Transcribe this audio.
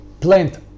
plant